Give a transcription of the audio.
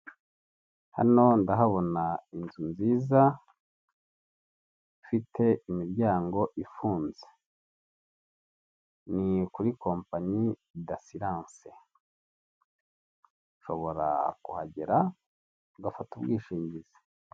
Hano ndahabona inzu nziza ifite imiryango ifunze kuri kompanyi dasiransi unshobora kuhagera ngafata ubwishingizi.